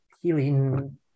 healing